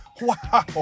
Wow